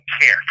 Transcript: care